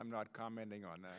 i'm not commenting on that